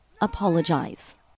apologize